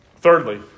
Thirdly